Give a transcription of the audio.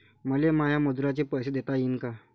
मले माया मजुराचे पैसे देता येईन का?